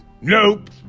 nope